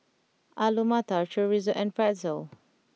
Alu Matar Chorizo and Pretzel